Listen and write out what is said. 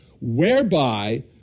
whereby